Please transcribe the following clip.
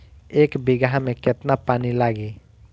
एक बिगहा में केतना पानी लागी?